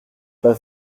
pas